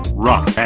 rock